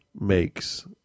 makes